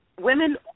Women